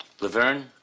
Laverne